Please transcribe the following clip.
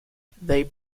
they